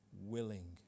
willing